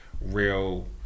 real